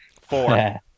four